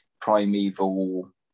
Primeval